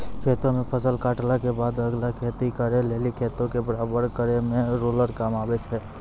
खेतो मे फसल काटला के बादे अगला खेती करे लेली खेतो के बराबर करै मे रोलर काम आबै छै